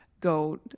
go